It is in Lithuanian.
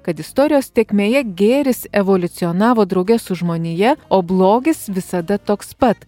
kad istorijos tėkmėje gėris evoliucionavo drauge su žmonija o blogis visada toks pat